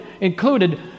included